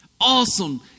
awesome